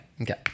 Okay